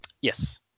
Yes